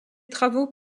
travaux